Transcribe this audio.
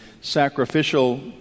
sacrificial